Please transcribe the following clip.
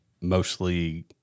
Mostly